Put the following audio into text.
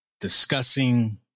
discussing